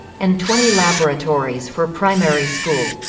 and twenty laboratories for primary school.